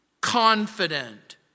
confident